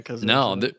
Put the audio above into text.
No